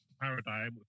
paradigm